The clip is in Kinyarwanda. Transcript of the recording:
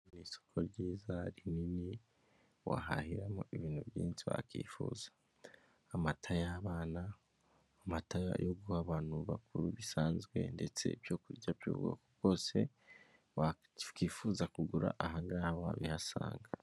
Ni isoko ryiza rinini wahahiramo ibintu byinshi wakifuza. Amata y'abana, amata yo guha abantu bakuru bisanzwe ndetse ibyo kurya by'ubwoko bwose wakwifuza kugura, aha ngaha wabihasanga.